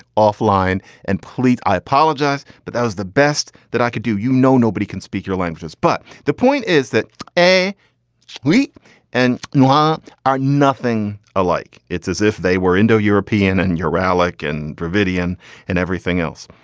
off-line and paulite. i apologize, but that was the best that i could do. you know, nobody can speak your languages. but the point is that a weak and nwhat um are nothing alike. it's as if they were indo, european and neuralgic ah like and dravidian and everything else.